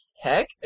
heck